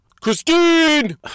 CHRISTINE